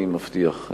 אני מבטיח.